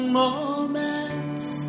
moments